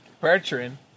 Bertrand